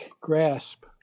grasp